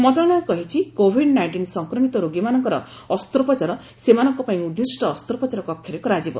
ମନ୍ତ୍ରଣାଳୟ କହିଛି covid nineteen ସଂକ୍ରମିତ ରୋଗୀମାନଙ୍କର ଅସ୍ତ୍ରୋପଚାର ସେମାନଙ୍କ ପାଇଁ ଉଦ୍ଦିଷ୍ଟ ଅସ୍ତ୍ରୋପଚାର କକ୍ଷରେ କରାଯିବ